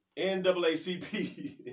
NAACP